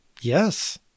Yes